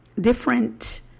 different